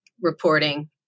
reporting